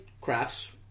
craps